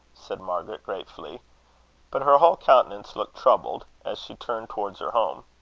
said margaret, gratefully but her whole countenance looked troubled, as she turned towards her home.